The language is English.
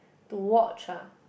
to watch ah